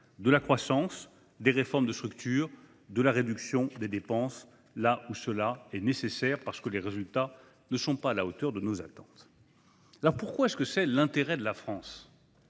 de la croissance, des réformes de structure, de la réduction des dépenses là où cela est nécessaire parce que les résultats ne sont pas à la hauteur de nos attentes. Pourquoi est ce l’intérêt de la France